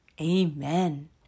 Amen